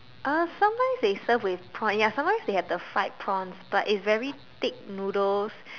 uh sometimes they serve with prawn ya sometimes they have the fried prawns but it's the very thick noodles